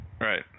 Right